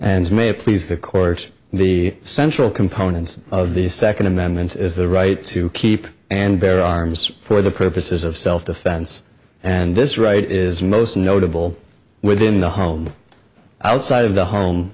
and may it please the court the central component of the second amendment is the right to keep and bear arms for the purposes of self defense and this right is most notable within the home outside of the home